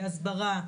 בהסברה,